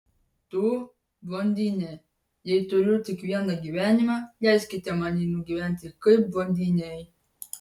tu blondinė jei turiu tik vieną gyvenimą leiskite man jį nugyventi kaip blondinei